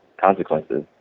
consequences